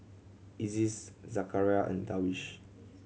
Aziz Zakaria and Darwish